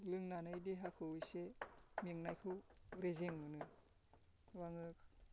लोंनानै देहाखौ इसे मेंनायखौ रेजें मोनो आङो